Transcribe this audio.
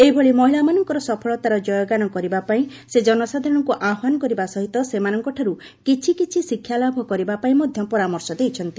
ଏହିଭଳି ମହିଳାମାନଙ୍କର ସଫଳତାର ଜୟଗାନ କରିବାପାଇଁ ସେ ଜନସାଧାରଣଙ୍କୁ ଆହ୍ୱାନ କରିବା ସହିତ ସେମାନଙ୍କଠାରୁ କିଛି କିଛି ଶିକ୍ଷାଲାଭ କରିବାପାଇଁ ମଧ୍ୟ ପରାମର୍ଶ ଦେଇଛନ୍ତି